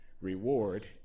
reward